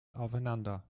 aufeinander